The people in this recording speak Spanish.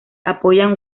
apoyan